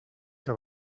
que